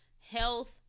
health